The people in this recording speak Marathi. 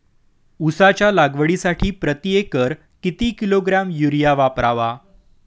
उसाच्या लागवडीसाठी प्रति एकर किती किलोग्रॅम युरिया वापरावा?